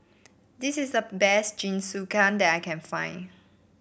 this is the best Jingisukan that I can find